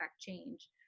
change